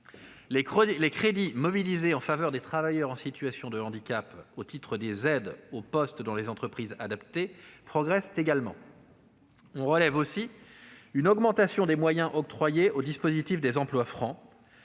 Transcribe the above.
Les crédits mobilisés en faveur des travailleurs en situation de handicap au titre des aides au poste dans les entreprises adaptées progressent également. On relève aussi une augmentation des moyens alloués au dispositif des emplois francs,